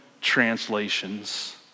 translations